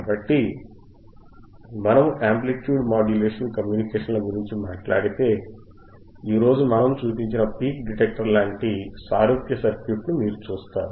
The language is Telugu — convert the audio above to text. కాబట్టి మనము యాంప్లిట్యూడ్ మాడ్యులేషన్ కమ్యూనికేషన్ల గురించి మాట్లాడితే ఈ రోజు మనము చూపించిన పీక్ డిటెక్టర్ లాంటి సారూప్య సర్క్యూట్ను మీరు చూస్తారు